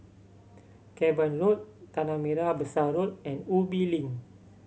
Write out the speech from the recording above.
Cavan Road Tanah Merah Besar Road and Ubi Link